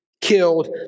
killed